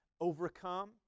overcome